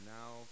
now